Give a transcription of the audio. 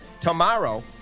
tomorrow